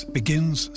begins